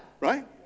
right